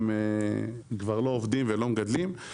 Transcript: הם כבר לא עובדים ולא מגדלים.